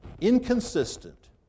inconsistent